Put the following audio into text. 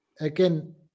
again